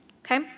Okay